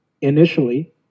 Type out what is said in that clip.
initially